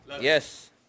Yes